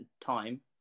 time